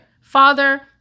father